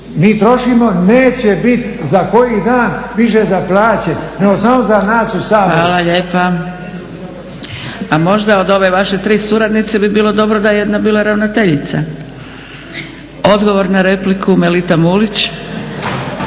mi trošimo, neće biti za koji dan više za plaće nego samo za nas u Saboru. **Zgrebec, Dragica (SDP)** Hvala lijepa. A možda od ove vaše tri suradnice bi bilo dobro da je jedna bila ravnateljica. Odgovor na repliku Melita Mulić.